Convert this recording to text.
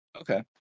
Okay